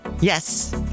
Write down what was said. Yes